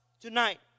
tonight